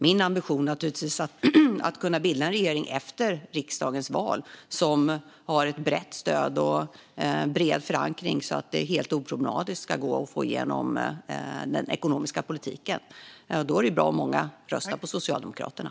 Min ambition är naturligtvis att efter valet till riksdagen kunna bilda en regering som har ett brett stöd och en bred förankring så att det ska gå att få igenom den ekonomiska politiken helt utan problem. Då är det bra om många röstar på Socialdemokraterna.